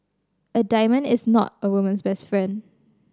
a diamond is not a woman's best friend